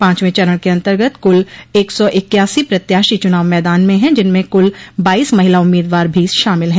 पांचवें चरण के अन्तर्गत कुल एक सौ इक्यासी प्रत्याशी चुनाव मैदान में है जिनमें कुल बाईस महिला उम्मीदवार भी शामिल हैं